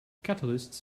catalysts